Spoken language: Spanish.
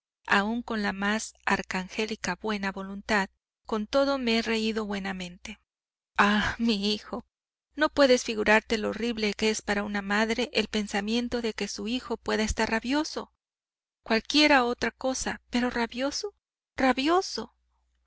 aún con la más arcangélica buena voluntad con todo me he reído buenamente ah mi hijo no puedes figurarte lo horrible que es para una madre el pensamiento de que su hijo pueda estar rabioso cualquier otra cosa pero rabioso rabioso